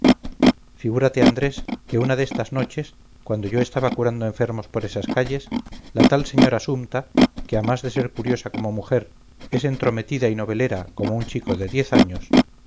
figúrate andrés que una de estas noches cuando yo estaba curando enfermos por esas calles la tal señora sumta que a más de ser curiosa como mujer es entrometida y novelera como un chico de diez años